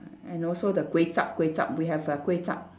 and also the kway-zhap kway-zhap we have a kway-zhap